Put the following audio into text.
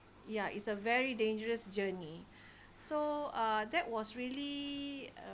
ya it's a very dangerous journey so uh that was really uh